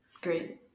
great